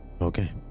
Okay